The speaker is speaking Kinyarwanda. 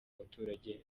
abaturage